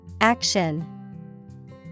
Action